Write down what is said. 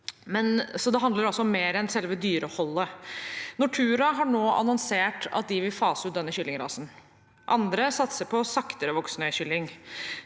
det handler altså om mer enn selve dyreholdet. Nortura har nå annonsert at de vil fase ut denne kyllingrasen. Andre satser på saktere voksende kylling.